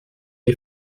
est